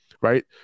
right